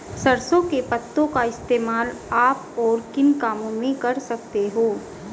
सरसों के पत्तों का इस्तेमाल आप और किन कामों में कर सकते हो?